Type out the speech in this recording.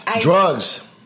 Drugs